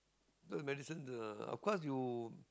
medicine uh of course you